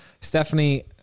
Stephanie